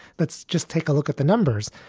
let's just take a look at the numbers.